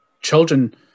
children